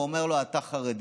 הוא אומר לו: אתה חרדי,